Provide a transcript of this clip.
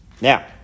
Now